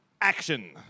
Action